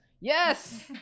Yes